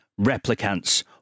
Replicants